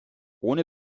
ohne